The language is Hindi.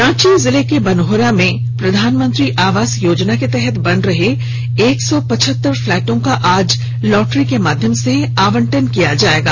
रांची जिले के बनहोरा में प्रधानमंत्री आवास योजना के तहत बन रहे एक सौ पचहतर फ्लैटों का आज लॉटरी के माध्यम से आवंटन किया जाएगा